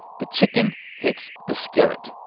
the chicken hits the skillet.